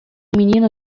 menino